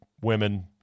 women